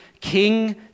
king